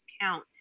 count